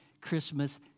Christmas